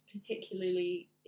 particularly